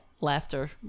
laughter